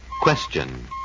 Question